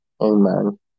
Amen